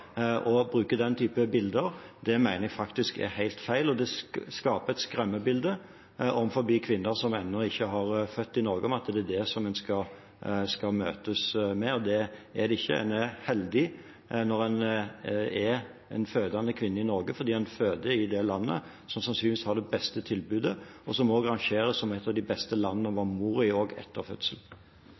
bruke den type bilder – mener jeg er helt feil. Det skaper et skremmebilde overfor kvinner i Norge som ennå ikke har født, om at det er det de skal møtes med. Det er det ikke. En er heldig når en er en fødende kvinne i Norge, fordi en føder i det landet som sannsynligvis har det beste tilbudet, og som rangeres som et av de beste landene å være mor i, også etter